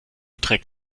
trägt